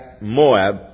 Moab